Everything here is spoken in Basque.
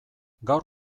gaur